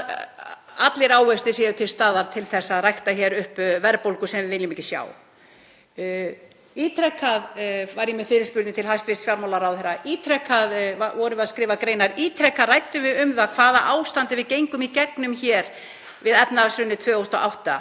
en að allir ávextir séu til staðar til að rækta hér upp verðbólgu sem við viljum ekki sjá. Ítrekað var ég með fyrirspurnir til hæstv. fjármálaráðherra, ítrekað skrifuðum við greinar, ítrekað ræddum við um það hvaða ástand við gengum í gegnum við efnahagshrunið 2008.